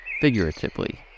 figuratively